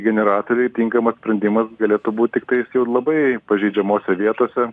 generatoriai tinkamas sprendimas galėtų būt tiktais jau labai pažeidžiamose vietose